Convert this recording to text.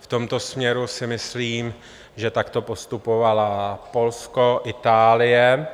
V tomto směru si myslím, že takto postupovaly Polsko a Itálie.